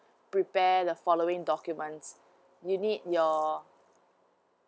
prepare the following documents you need your